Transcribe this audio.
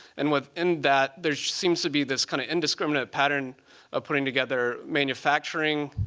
and within that, there seems to be this kind of indiscriminate pattern of putting together manufacturing,